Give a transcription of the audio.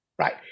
Right